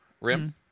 rim